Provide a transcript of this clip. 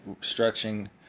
stretching